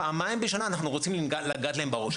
פעמיים בשנה אנחנו רוצים לגעת להם בראש,